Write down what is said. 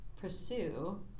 pursue